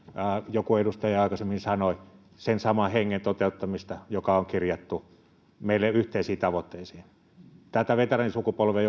joku edustaja aikaisemmin sanoi sen saman hengen toteuttamista joka on kirjattu meille yhteisiin tavoitteisiin tämä veteraanisukupolvi